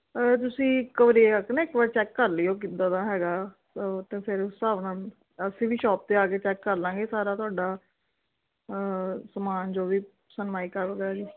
ਤੁਸੀਂ ਇੱਕ ਵਾਰੀ ਹੈ ਆ ਕਿ ਨਾ ਇੱਕ ਵਾਰ ਚੈੱਕ ਕਰ ਲਿਓ ਕਿੱਦਾਂ ਦਾ ਹੈਗਾ ਅਤੇ ਫਿਰ ਉਸ ਹਿਸਾਬ ਨਾਲ ਅਸੀਂ ਵੀ ਸ਼ੋਪ 'ਤੇ ਆ ਕੇ ਚੈੱਕ ਕਰ ਲਾਂਗੇ ਸਾਰਾ ਤੁਹਾਡਾ ਸਮਾਨ ਜੋ ਵੀ ਸਨਮਾਈਕਾ ਵਗੈਰਾ